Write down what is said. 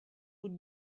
would